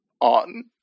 on